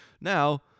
Now